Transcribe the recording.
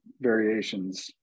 variations